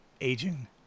aging